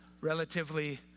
relatively